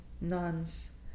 nuns